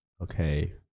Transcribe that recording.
Okay